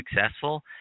successful